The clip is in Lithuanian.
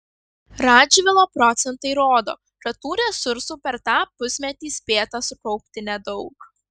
radžvilo procentai rodo kad tų resursų per tą pusmetį spėta sukaupti nedaug